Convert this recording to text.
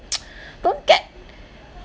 don't get